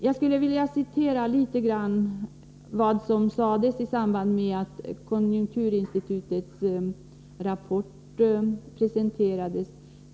Jag skulle vilja citera litet av vad som skrevs i samband med att konjunkturinstitutets rapport presenterades.